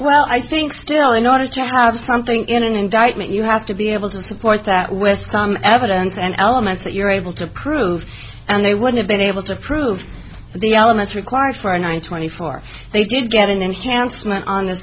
well i think still in order to have something in an indictment you have to be able to support that weston evidence and elements that you're able to prove and they would have been able to prove the elements required for a nine twenty four they did get an enhancement on